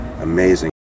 amazing